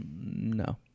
No